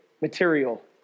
material